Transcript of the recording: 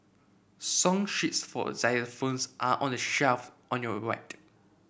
song sheets for a xylophones are on the shelf on your ride